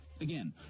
Again